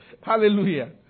Hallelujah